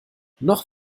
noch